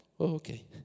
okay